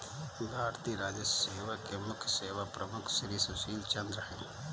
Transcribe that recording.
भारतीय राजस्व सेवा के मुख्य सेवा प्रमुख श्री सुशील चंद्र हैं